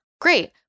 great